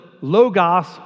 logos